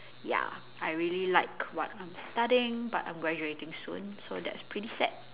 ya I really like what I'm studying but I'm graduating soon so that's pretty sad